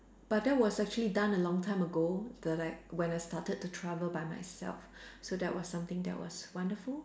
but that was actually done a long time ago the like when I started to travel by myself so that was something that was wonderful